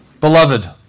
Beloved